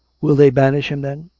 will they banish him, then?